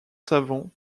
savant